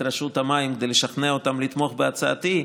רשות המים כדי לשכנע אותם לתמוך בהצעתי.